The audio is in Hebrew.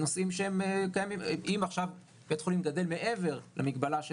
אם עכשיו בית חולים גדל מעבר למגבלה של